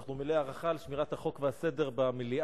אנחנו מלאי הערכה על שמירת החוק והסדר במליאה.